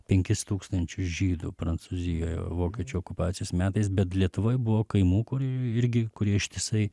penkis tūkstančius žydų prancūzijoje vokiečių okupacijos metais bet lietuvoj buvo kaimų kur irgi kurie ištisai